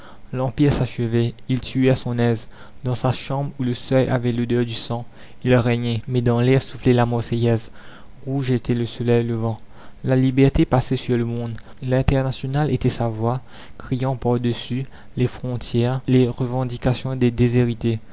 l'empire s'achevait il tuait à son aise dans sa chambre où le seuil avait l'odeur du sang il régnait mais dans l'air soufflait la marseillaise rouge était le soleil levant la liberté passait sur le monde l'internationale était sa voix criant par dessus les frontières les revendications des déshérités